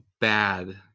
bad